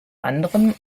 anderem